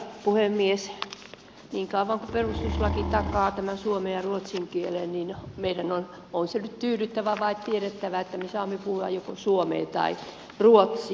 niin kauan kuin perustuslaki takaa tämän suomen ja ruotsin kielen niin meidän on on se nyt tyydyttävä vai tiedettävä että me saamme puhua joko suomea tai ruotsia